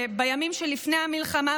שבימים שלפני המלחמה,